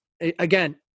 again